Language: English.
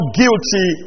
guilty